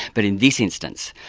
but in this instance,